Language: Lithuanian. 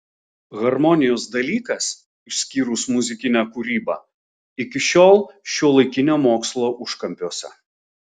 harmonijos dalykas išskyrus muzikinę kūrybą iki šiol šiuolaikinio mokslo užkampiuose